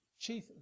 Chief